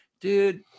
dude